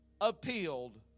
appealed